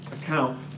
account